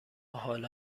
حالا